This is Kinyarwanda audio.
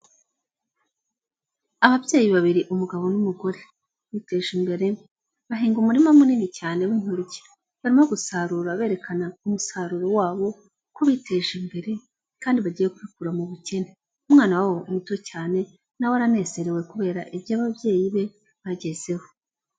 Ababyeyi babiri umugabo n'umugore, biteje imbere bahinga umurima munini cyane w'intoryi, barimo gusarura berekana umusaruro wabo ko biteje imbere kandi bagiye kwikura mu bukene, umwana wabo muto cyane na we aranezerewe kubera ibyo ababyeyi be bagezeho.